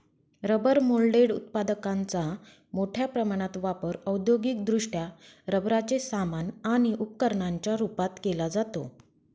rubber moulded उत्पादकांचा मोठ्या प्रमाणात वापर औद्योगिकदृष्ट्या रबराचे सामान आणि उपकरणांच्या रूपात केला जातो